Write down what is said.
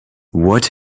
what